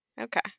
Okay